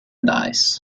dies